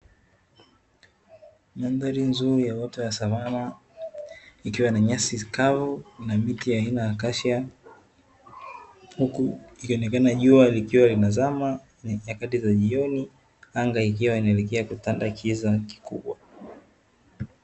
Mandhari nzuri ya uoto wa savana ikiwa na nyasi kavu na miti aina ya kashiamu, huku ikionekana jua likiwa linazama nyakati za jioni, anga ikiwa inaelekea kutanda kiza kikubwa.